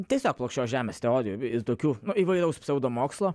tiesiog plokščios žemės teorijų ir tokių įvairaus pseudomokslo